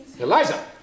Eliza